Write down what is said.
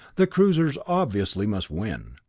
the cruisers obviously must win,